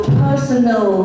personal